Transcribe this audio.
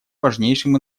важнейшим